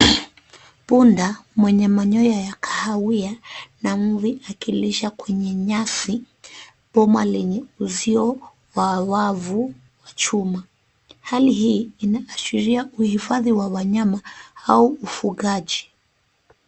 Punda mwenye manyoa ya kahawia na mvi akilisha kwenye nyasi, boma lenye uzio wa wavu wa chuma. Hali hii inaashiria uhifadhi wa wanyama au ufugaji.